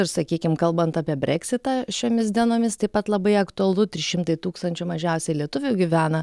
ir sakykim kalbant apie brexitą šiomis dienomis taip pat labai aktualu trys šimtai tūkstančių mažiausiai lietuvių gyvena